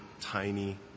tiny